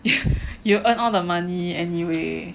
you earn all the money anyway